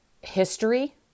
history